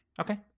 Okay